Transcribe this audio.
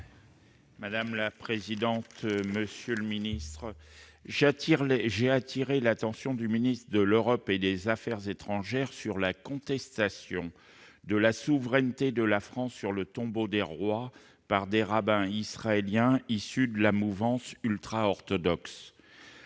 de l'Europe et des affaires étrangères. J'appelle l'attention de M. le ministre de l'Europe et des affaires étrangères sur la contestation de la souveraineté de la France sur le Tombeau des rois par des rabbins israéliens issus de la mouvance ultra-orthodoxe.